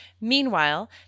Meanwhile